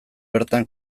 bertan